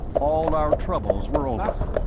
all our troubles were over.